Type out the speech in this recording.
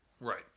Right